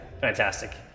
Fantastic